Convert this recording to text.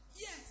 Yes